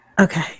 Okay